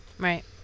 Right